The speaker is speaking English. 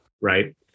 Right